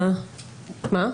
מה?